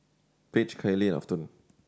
Paige Kayli Afton